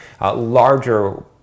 larger